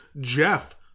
Jeff